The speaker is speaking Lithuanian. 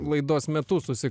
laidos metu susi